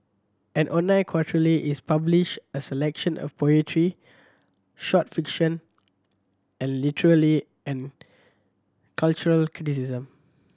an online is publish a selection of poetry short fiction and and cultural criticism